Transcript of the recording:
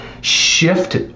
shift